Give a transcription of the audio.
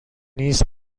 نیست